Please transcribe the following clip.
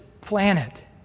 planet